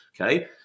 Okay